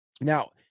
Now